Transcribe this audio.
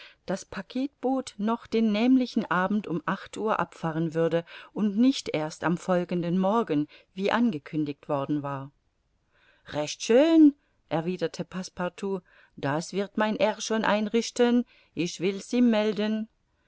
das packetboot noch den nämlichen abend um acht uhr abfahren würde und nicht erst am folgenden morgen wie angekündigt worden war recht schön erwiderte passepartout das wird mein herr schon einrichten ich will's ihm melden